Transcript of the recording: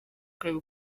kureba